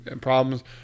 problems